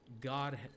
God